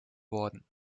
worden